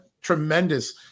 tremendous